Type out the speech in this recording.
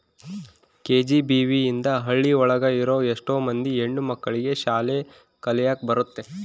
KGBV ಇಂದ ಹಳ್ಳಿ ಒಳಗ ಇರೋ ಎಷ್ಟೋ ಮಂದಿ ಹೆಣ್ಣು ಮಕ್ಳಿಗೆ ಶಾಲೆ ಕಲಿಯಕ್ ಬರುತ್ತೆ